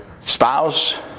spouse